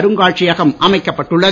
அருங்காட்சியகம் அமைக்கப்பட்டுள்ளது